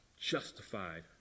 justified